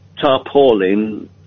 tarpaulin